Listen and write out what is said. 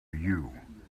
you